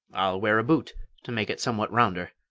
i'll wear a boot to make it somewhat rounder.